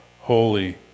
Holy